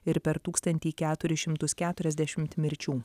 ir per tūkstantį keturis šimtus keturiasdešimt mirčių